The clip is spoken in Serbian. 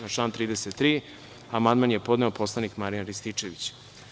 Na član 33. amandman je podneo narodni poslanik Marijan Rističević.